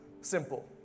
Simple